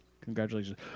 Congratulations